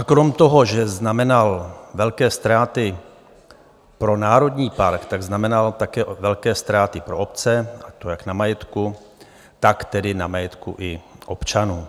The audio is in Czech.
A krom toho, že znamenal velké ztráty pro národní park, tak znamenal také velké ztráty pro obce, a to jak na majetku, tak tedy na majetku i občanů.